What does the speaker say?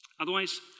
Otherwise